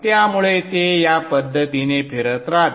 त्यामुळे ते या पद्धतीने फिरत राहते